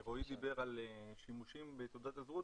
רועי דיבר על שימושים בתעודות הזהות,